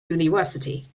university